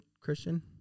Christian